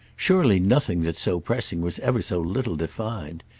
surely nothing that's so pressing was ever so little defined.